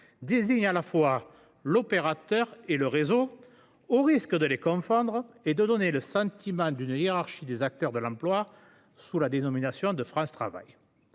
désigne à la fois l’opérateur et le réseau, au risque de les confondre et de donner le sentiment d’une hiérarchie des acteurs de l’emploi, sous la domination de France Travail.